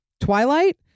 Twilight